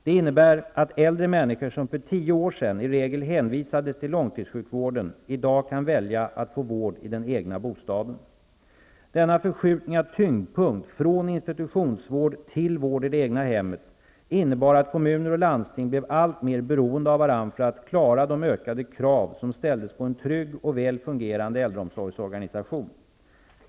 Det innebär att äldre människor som för tio år sedan i regel hänvisades till långtidssjukvården, i dag kan välja att få vård i den egna bostaden. Denna förskjutning av tyngdpunkt från institutionsvård till vård i det egna hemmet innebar att kommuner och landsting blev allt mer beroende av varandra för att klara de ökade krav som ställdes på en trygg och väl fungerande äldreomsorgsorganisation.